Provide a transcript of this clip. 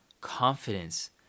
confidence